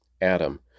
Adam